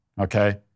okay